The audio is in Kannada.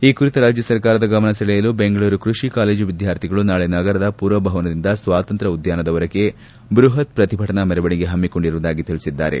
ಈ ಕುರಿತು ರಾಜ್ಯ ಸರ್ಕಾರದ ಗಮನ ಸೆಳೆಯಲು ಬೆಂಗಳೂರು ಕೃಷಿ ಕಾಲೇಜು ವಿದ್ಯಾರ್ಥಿಗಳು ನಾಳೆ ನಗರದ ಪುರಭವನದಿಂದ ಸ್ವಾತಂತ್ರ್ಯ ಉದ್ಧಾನದವರೆಗೆ ಬೃಹತ್ ಪ್ರತಿಭಟನಾ ಮೆರವಣಿಗೆ ಹಮ್ಮಿಕೊಂಡಿರುವುದಾಗಿ ತಿಳಿಸಿದ್ದಾರೆ